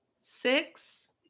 Six